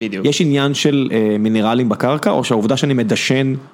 יש עניין של מינרלים בקרקע, או שהעובדה שאני מדשן...